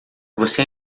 você